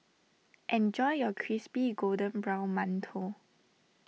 enjoy your Crispy Golden Brown Mantou